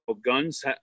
guns